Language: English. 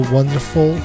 Wonderful